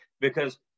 because-